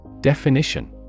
Definition